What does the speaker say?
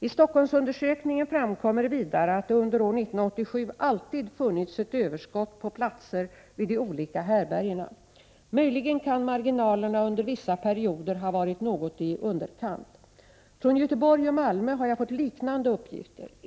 I Stockholmsundersökningen framkommer vidare att det under år 1987 alltid funnits ett överskott på platser vid de olika härbärgena. Möjligen kan marginalerna under vissa perioder ha varit något i underkant. Från Göteborg och Malmö har jag fått liknande uppgifter.